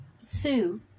sue